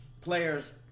players